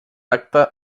acte